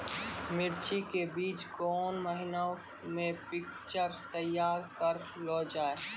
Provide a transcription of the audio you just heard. मिर्ची के बीज कौन महीना मे पिक्चर तैयार करऽ लो जा?